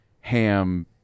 ham